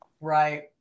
Right